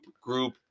group